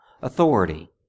Authority